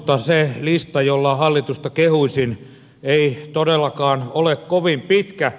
se lista jolla hallitusta kehuisin ei todellakaan ole kovin pitkä